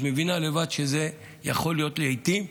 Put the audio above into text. את מבינה לבד שזה יכול להיות, לעיתים,